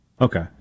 Okay